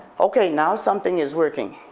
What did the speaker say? okay, now something is working,